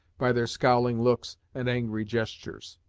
by their scowling looks, and angry gestures